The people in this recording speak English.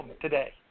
today